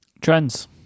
Trends